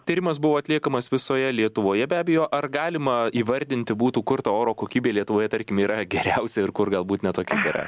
tyrimas buvo atliekamas visoje lietuvoje be abejo ar galima įvardinti būtų kur ta oro kokybė lietuvoje tarkim yra geriausia ir kur galbūt ne tokia gera